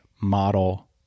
model